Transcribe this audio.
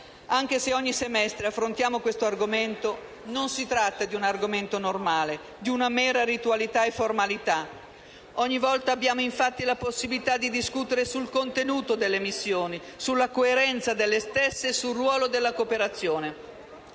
Anche se ogni semestre lo affrontiamo, non si tratta di un argomento normale, di una mera ritualità e formalità. Ogni volta abbiamo, infatti, la possibilità di discutere sul contenuto delle missioni, sulla coerenza delle stesse e sul ruolo della cooperazione.